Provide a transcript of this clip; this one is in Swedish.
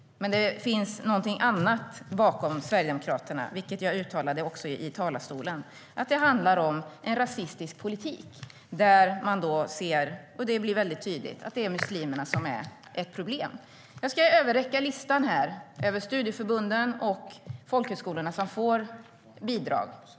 Men det finns någonting annat bakom Sverigedemokraterna, vilket jag uttalade i talarstolen. Det handlar om en rasistisk politik, där det blir väldigt tydligt att det är muslimerna som är ett problem. Jag ska överräcka listan över de studieförbund och folkhögskolor som får bidrag.